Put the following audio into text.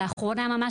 לאחרונה ממש,